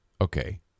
Okay